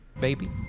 Baby